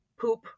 poop